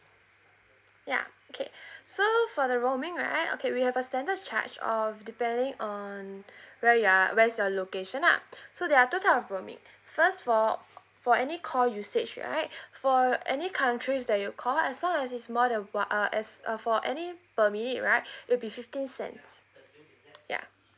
ya okay so for the roaming right okay we have a standard charge of depending on where you are where is your location lah so there are two type of roaming first for for any call usage right for any countries that you call as long as is more than o~ uh as uh for any per minute right it will be fifteen cents ya